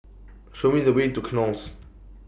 Show Me The Way to Knolls